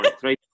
Three